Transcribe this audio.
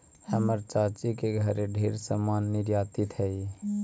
हमर चाची के घरे ढेर समान निर्यातित हई